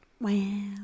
Wow